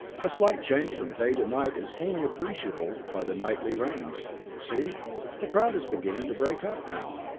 slight change from day to night is only appreciable by the nightly rains see the crowd is beginning to break up now.